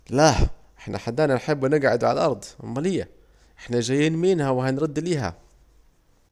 لاه، احنا حدانا بنحبوا نقعدوا على الأرض امال ايه، احنا جايين منها وهنرووا ليها